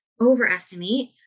overestimate